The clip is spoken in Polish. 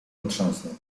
potrząsnął